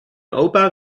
opa